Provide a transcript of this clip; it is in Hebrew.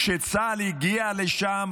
כשצה"ל הגיע לשם,